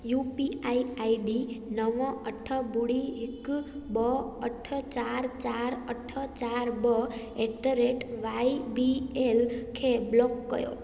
U P I I D नव अठ ॿुड़ी हिकु ॿ अठ चारि चारि अठ चारि ॿ at the rate Y B L खे ब्लॉक कयो